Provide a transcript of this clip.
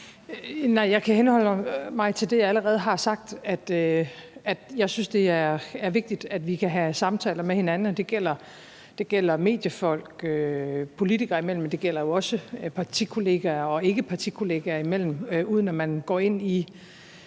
jeg kan henholde mig til det, jeg allerede har sagt, altså at jeg synes, det er vigtigt, at vi kan have samtaler med hinanden – det gælder mediefolk og politikere imellem, men det gælder jo også partikollegaer og ikkepartikollegaer imellem – uden at man går ind i,